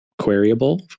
queryable